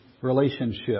relationship